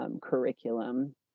Curriculum